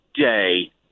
day